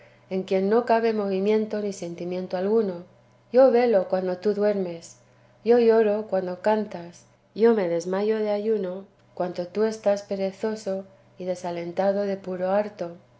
en quien no cabe movimiento ni sentimiento alguno yo velo cuando tú duermes yo lloro cuando cantas yo me desmayo de ayuno cuanto tú estás perezoso y desalentado de puro harto